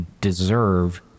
deserve